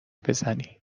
بزنی